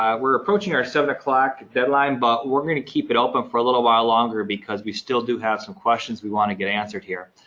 um we're approaching our seven o'clock deadline, but we're going to keep it open for a little while longer because we still do have some questions we want to get answered here.